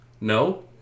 no